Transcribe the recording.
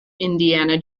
indiana